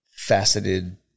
faceted